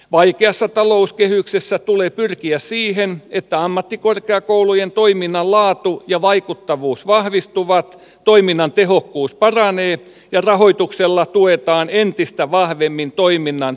vaikeassa talouskehyksessä tulee pyrkiä siihen että ammattikorkeakoulujen toiminnan laatu ja vaikuttavuus vahvistuvat toiminnan tehokkuus paranee ja rahoituksella tuetaan entistä vahvemmin toiminnan tuloksia